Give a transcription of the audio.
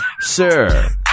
Sir